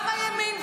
גם הימין,